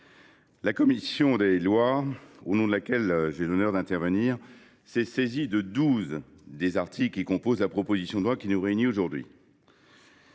la commission des lois, au nom de laquelle j’ai l’honneur d’intervenir, s’est saisie de douze des articles de la proposition de loi qui nous réunit aujourd’hui.